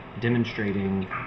demonstrating